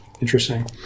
Interesting